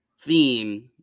theme